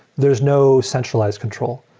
there is no centralized control.